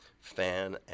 fan